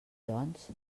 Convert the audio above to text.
doncs